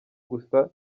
gusa